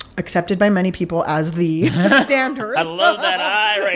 accepted by many people as the standard. i love that eye